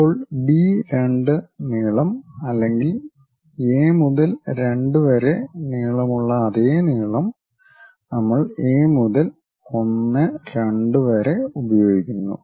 അപ്പോൾ ബി 2 നീളം അല്ലെങ്കിൽ എ മുതൽ 2 വരെ നീളമുള്ള അതേ നീളം നമ്മൾ എ മുതൽ 1 2 വരെ ഉപയോഗിക്കുന്നു